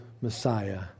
Messiah